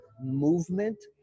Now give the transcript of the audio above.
movement